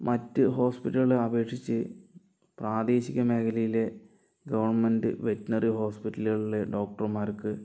മറ്റു ഹോസ്പിറ്റലുകളെ അപേക്ഷിച്ച് പ്രാദേശിക മേഖലയിലെ ഗവണ്മെൻറ്റ് വെറ്റിനറി ഹോസ്പിറ്റലുകളിലെ ഡോക്ടർമാർക്ക്